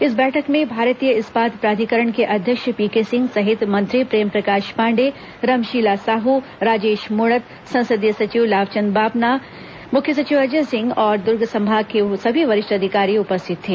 इस बैठक में भारतीय इस्पात प्राधिकरण के अध्यक्ष पीके सिंह सहित मंत्री प्रेमप्रकाश पांडेय रमशीला साह राजेश मूणत संसदीय सचिव लाफचंद बाफना मुख्य सचिव अजय सिंह और दुर्ग संभाग के सभी वरिष्ठ अधिकारी उपस्थित थे